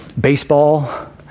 baseball